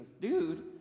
dude